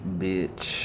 bitch